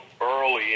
early